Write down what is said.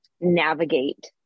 navigate